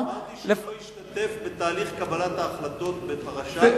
אמרתי שהוא לא ישתתף בתהליך קבלת ההחלטות בפרשה.